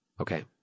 Okay